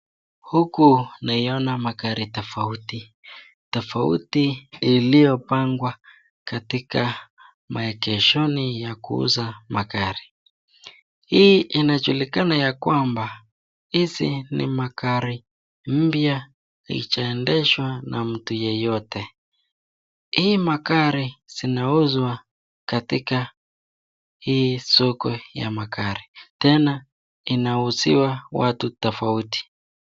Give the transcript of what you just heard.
Huku naiona magari tofauti. Tofauti iliyopangwa katika maegeshoni ya kuuza magari. Hii inajulikana ya kwamba hizi ni magari mpya halijaendeshwa na mtu yeyote. Hii magari zinauzwa katika hii soko ya magari. Tena inauzwa watu tofauti.